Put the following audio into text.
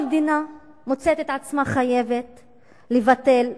המדינה מוצאת את עצמה חייבת לבטל,